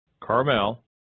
Carmel